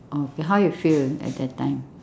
orh okay how you feel at that time